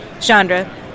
Chandra